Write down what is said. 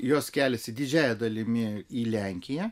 jos keliasi didžiąja dalimi į lenkiją